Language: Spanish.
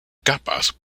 capas